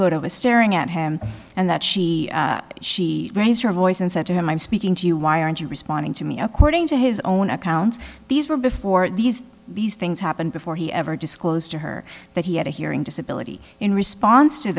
goto is staring at him and that she she raised her voice and said to him i'm speaking to you why aren't you responding to me according to his own accounts these were before these these things happened before he ever disclosed to her that he had a hearing disability in response to